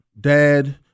Dad